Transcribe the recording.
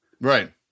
Right